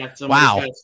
wow